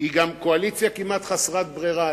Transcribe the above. היא גם קואליציה כמעט חסרת ברירה.